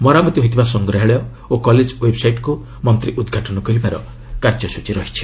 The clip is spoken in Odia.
ମରାମତି ହୋଇଥିବା ସଂଗ୍ରହାଳୟ ଓ କଲେଜ୍ ୱେବ୍ସାଇଟ୍କୁ ମନ୍ତ୍ରୀ ଉଦ୍ଘାଟନ କରିବାର କାର୍ଯ୍ୟସ୍ଟଚୀ ରହିଛି